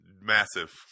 massive